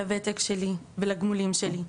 לוותק שלי ולגמולים שלי,